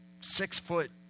six-foot